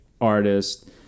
artist